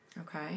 Okay